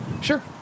Sure